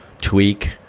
Tweak